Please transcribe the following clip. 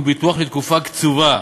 הוא ביטוח לתקופה קצובה,